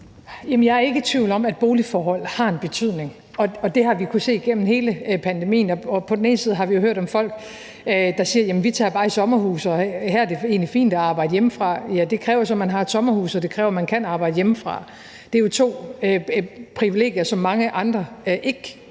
Jeg er ikke i tvivl om, at boligforhold har en betydning, og det har vi kunnet se gennem hele pandemien. På den ene side har vi hørt om folk, der siger, at de bare tager i sommerhus, og at det egentlig er fint at arbejde hjemmefra der. Men det kræver så, at man har et sommerhus, og det kræver, at man kan arbejde hjemmefra. Det er jo to privilegier, som mange andre ikke